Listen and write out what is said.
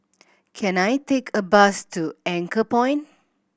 can I take a bus to Anchorpoint